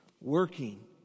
Working